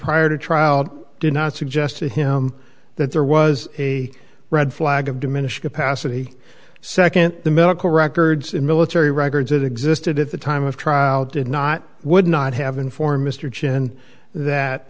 prior to trial did not suggest to him that there was a red flag of diminished capacity second the medical records in military records that existed at the time of trial did not would not have been for mr chen that